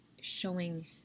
showing